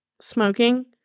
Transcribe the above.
Smoking